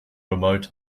remote